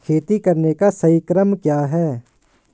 खेती करने का सही क्रम क्या है?